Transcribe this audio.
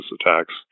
attacks